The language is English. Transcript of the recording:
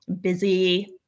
busy